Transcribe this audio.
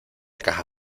caja